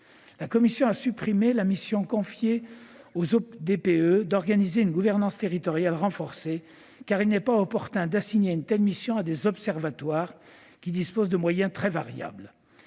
La commission a supprimé la mission confiée aux ODPE d'organiser une gouvernance territoriale renforcée, car il n'est pas opportun d'assigner une telle mission à des observatoires qui disposent de moyens très variables.